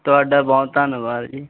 ਤੁਹਾਡਾ ਬਹੁਤ ਧੰਨਵਾਦ ਜੀ